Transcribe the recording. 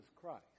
Christ